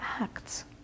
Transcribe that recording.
acts